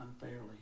unfairly